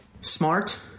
Smart